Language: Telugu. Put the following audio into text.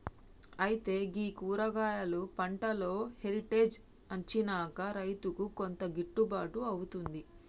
అయితే గీ కూరగాయలు పంటలో హెరిటేజ్ అచ్చినంక రైతుకు కొంత గిట్టుబాటు అవుతుంది